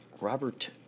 Robert